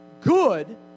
good